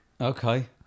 Okay